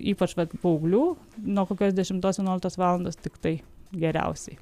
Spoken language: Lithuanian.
ypač vat paauglių nuo kokios dešimtos vienuoliktos valandos tiktai geriausiai